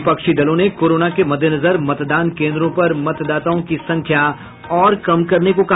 विपक्षी दलों ने कोरोना के मद्देनजर मतदान केन्द्रों पर मतदाताओं की संख्या और कम करने को कहा